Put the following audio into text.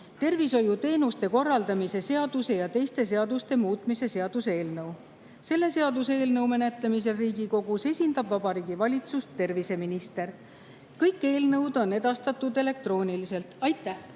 tervishoiuteenuste korraldamise seaduse ja teiste seaduste muutmise seaduse eelnõu. Selle seaduseelnõu menetlemisel Riigikogus esindab Vabariigi Valitsust terviseminister. Kõik eelnõud on edastatud elektrooniliselt. Aitäh!